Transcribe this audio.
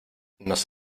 nos